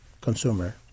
consumer